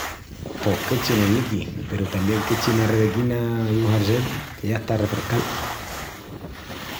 Pos qu’echi unus niquis peru tamién qu’echi una rebequina i un jersel que ya está a refrescal.